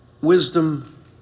wisdom